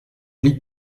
lis